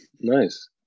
Nice